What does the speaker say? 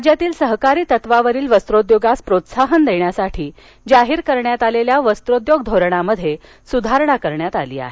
राज्यातील सहकारी तत्त्वावरील वस्त्रोद्योगास प्रोत्साहन देण्यासाठी जाहीर करण्यात आलेल्या वस्त्रोद्योग धोरणात सुधारणा करण्यात आली आहे